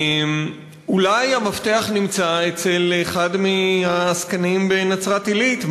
אולי המפתח נמצא אצל אחד מהעסקנים בנצרת-עילית,